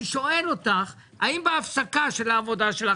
אני שואל אותך האם בהפסקה של העבודה שלך